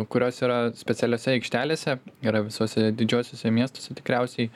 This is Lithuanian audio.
kurios yra specialiose aikštelėse yra visuose didžiuosiuose miestuose tikriausiai